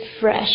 fresh